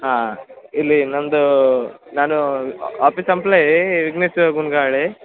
ಹಾಂ ಇಲ್ಲಿ ನಮ್ದು ನಾನು ಆಫೀಸ್ ಎಂಪ್ಲಾಯೀ ವಿಜ್ಞೇ ಶ್ ಗುನ್ಗಾಳೆ